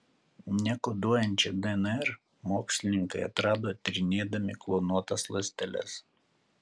nekoduojančią dnr mokslininkai atrado tyrinėdami klonuotas ląsteles